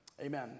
Amen